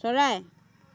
চৰাই